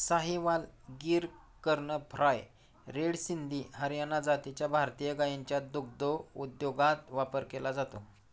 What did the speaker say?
Sahiwal, Gir, Karan Fries, red Sindhi, Haryana जातीच्या भारतीय गायींचा दुग्धोद्योगात वापर केला जातो